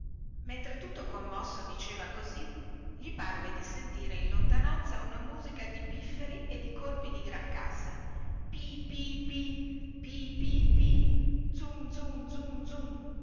mentre tutto commosso diceva così gli parve di sentire in lontananza una musica di pifferi e di colpi di grancassa pì pì pì pì pì pì zum zum zum zum si